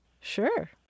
Sure